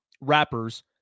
rappers